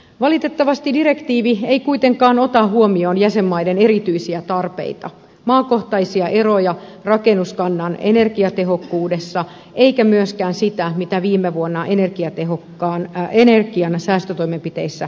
valitettavasti direktiivi ei kuitenkaan ota huomioon jäsenmaiden erityisiä tarpeita maakohtaisia eroja rakennuskannan energiatehokkuudessa eikä myöskään sitä mitä viime vuonna energian säästötoimenpiteissä on tehty